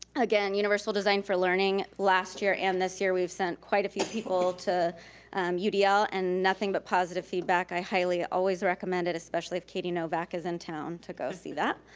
again, universal design for learning, last year and this year we have sent quite a few people to udl and nothing but positive feedback i highly always recommend it, especially if katie novak is and town to go see that.